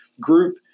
group